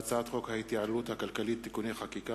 ובהצעת חוק ההתייעלות הכלכלית (תיקוני חקיקה